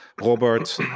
Robert